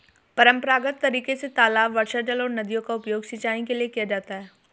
परम्परागत तरीके से तालाब, वर्षाजल और नदियों का उपयोग सिंचाई के लिए किया जाता है